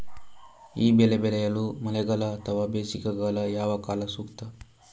ಈ ಬೆಳೆ ಬೆಳೆಯಲು ಮಳೆಗಾಲ ಅಥವಾ ಬೇಸಿಗೆಕಾಲ ಯಾವ ಕಾಲ ಸೂಕ್ತ?